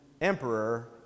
emperor